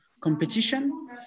competition